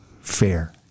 fair